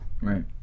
Right